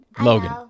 Logan